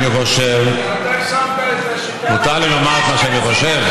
אני חושב, אתה שמת, מותר לי לומר את מה שאני חושב?